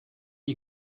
you